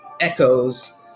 echoes